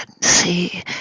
See